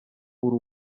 uri